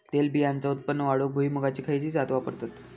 तेलबियांचा उत्पन्न वाढवूक भुईमूगाची खयची जात वापरतत?